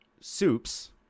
soups